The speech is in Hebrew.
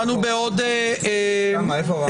אדוני היושב-ראש.